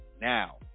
Now